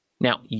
Now